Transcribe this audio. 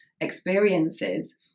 experiences